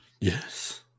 Yes